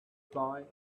boy